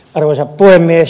arvoisa puhemies